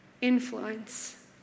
influence